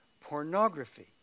pornography